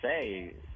say